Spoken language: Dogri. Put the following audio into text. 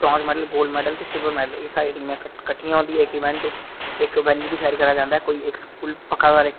brown medal silver medal gold medal एह् सब टिमा किट्ठिया होंदिया एह् कोई इक स्कूल